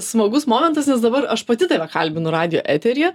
smagus momentas nes dabar aš pati tave kalbinu radijo eteryje